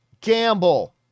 gamble